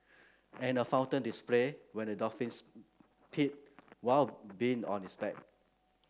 and a fountain display when a dolphins peed while being on his back